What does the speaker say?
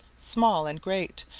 small and great,